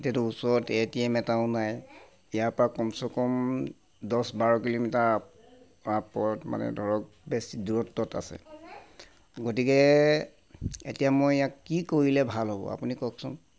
এতিয়াটো ওচৰত A T M এটাও নাই ইয়াৰ পৰা কমচে কম দহ বাৰ কিলোমিটাৰ ওপৰত মানে ধৰক বেছি দূৰত্বত আছে গতিকে এতিয়া মই ইয়াক কি কৰিলে ভাল হ'ব আপুনি কওকচোন